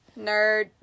Nerd